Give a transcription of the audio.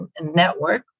Network